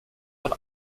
von